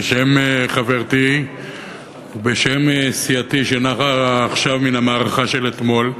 בשם חברתי ובשם סיעתי שנחה עכשיו מן המערכה של אתמול,